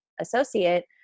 associate